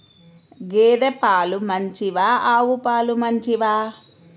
గేద పాలు మంచివా ఆవు పాలు మంచివా?